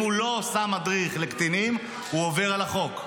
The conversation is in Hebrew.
אם הוא לא שם מדריך לקטינים הוא עובר על החוק,